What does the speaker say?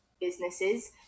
businesses